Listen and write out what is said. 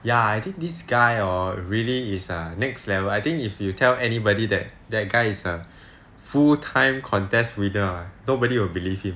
ya I think this guy hor really is err next level I think if you tell anybody that that guy is a full time contest winner nobody will believe him